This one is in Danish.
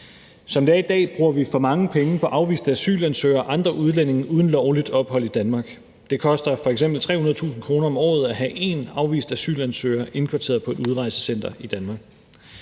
Som det er i dag, bruger vi for mange penge på afviste asylansøgere og andre udlændinge uden lovligt ophold i Danmark. Det koster f.eks. 300.000 kr. om året at have én afvist asylansøger indkvarteret på et udrejsecenter i Danmark.